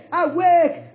awake